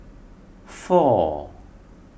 four